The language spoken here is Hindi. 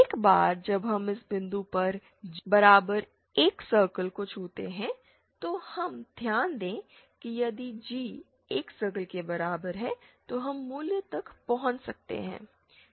एक बार जब हम इस बिंदु पर G बराबर 1 सर्कल को छूते हैं तो हम ध्यान दें कि यदि G 1 सर्कल के बराबर हैं तो हम मूल तक पहुंच सकते हैं